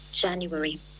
January